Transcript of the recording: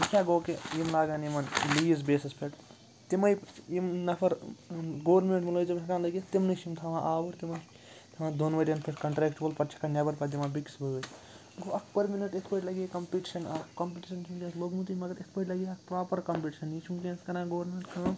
یہِ کیاہ گوٚو کہِ یِم لاگَن یِمَن لیٖز بیسَس پٮ۪ٹھ تِمَے یِم نَفَر گورمیٚنٛٹ مُلٲزِم ہیٚکان لگِتھ تِمنٕے چھِ یِم تھاوان آوُر تِمَن تھاوان دۄن ؤرۍ یَن پٮ۪ٹھ کَنٹرٛیچٕوَل پَتہٕ چھَکان نیٚبَر پَتہٕ دِوان بیٚکِس وٲرۍ گوٚو اَکھ پٔرمِنیٚنٛٹ یِتھ پٲٹھۍ لَگہِ ہے کَمپِٹِشَن اَکھ کَمپِٹِشَن چھِ وُنکیٚس لوٚگمُتٕے مگر یِتھ پٲٹھۍ لَگہِ ہا اَکھ پرٛاپَر کَمپِٹِشَن یہِ چھِ وُنکیٚس کَران گورمیٚنٛٹ کٲم